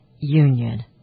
union